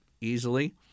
easily